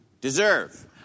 deserve